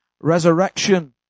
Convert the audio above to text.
resurrection